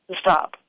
stop